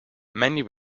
many